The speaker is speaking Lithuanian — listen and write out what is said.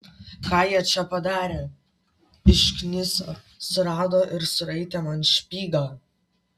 ką jie čia padarė iškniso surado ir suraitė man špygą